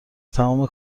تمام